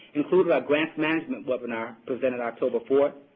included are grant management webinar presented october fourth,